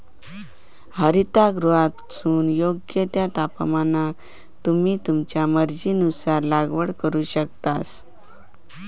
हरितगृहातसून योग्य त्या तापमानाक तुम्ही तुमच्या मर्जीनुसार लागवड करू शकतास